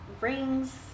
rings